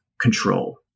control